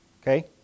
Okay